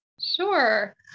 sure